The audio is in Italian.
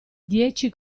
dieci